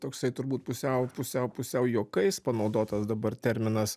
toksai turbūt pusiau pusiau pusiau juokais panaudotas dabar terminas